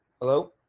hello